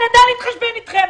נדע להתחשבן אתכם.